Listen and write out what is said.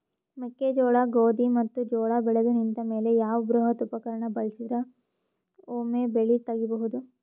ಮೆಕ್ಕೆಜೋಳ, ಗೋಧಿ ಮತ್ತು ಜೋಳ ಬೆಳೆದು ನಿಂತ ಮೇಲೆ ಯಾವ ಬೃಹತ್ ಉಪಕರಣ ಬಳಸಿದರ ವೊಮೆ ಬೆಳಿ ತಗಿಬಹುದು?